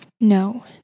No